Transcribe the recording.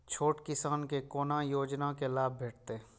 छोट किसान के कोना योजना के लाभ भेटते?